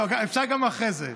אפשר גם אחרי זה.